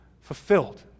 fulfilled